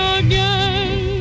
again